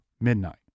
midnight